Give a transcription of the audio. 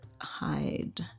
hide